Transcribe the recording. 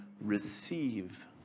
receive